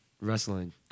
wrestling